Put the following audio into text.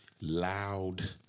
loud